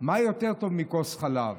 מה יותר טוב מכוס חלב?